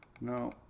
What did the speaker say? No